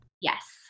Yes